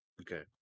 Okay